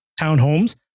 townhomes